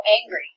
angry